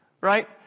right